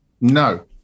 No